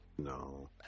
No